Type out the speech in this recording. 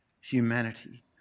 humanity